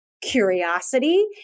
curiosity